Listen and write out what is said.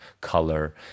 color